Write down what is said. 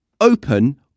Open